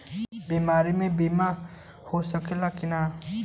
बीमारी मे बीमा हो सकेला कि ना?